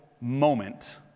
moment